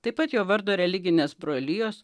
taip pat jo vardo religinės brolijos